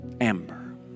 Amber